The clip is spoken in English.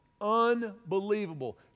Unbelievable